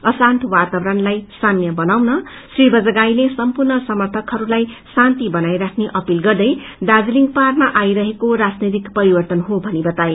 अशान्त वातावरणलाई साम्य बनाउन श्री बजगाईले सम्पूर्ण समर्थकहरूलाई शान्ति बनाई राख्ने अपील गर्दै दार्जीलिङ पहाड़मा आइरहेको राजनैतिक परिवर्तन हो भनी बताए